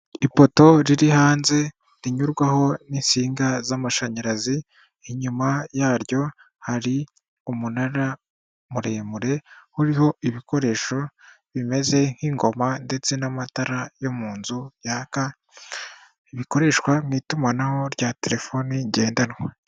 Ipoto riri hanze rinyurwaho n'insinga z'amashanyarazi inyuma yaryo hari umunara muremure uriho ibikoresho bimeze nk'ingoma ndetse n'amatara yo mu nzu yaka bikoreshwa mu itumanaho rya telefoni ngendanwa.